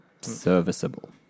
Serviceable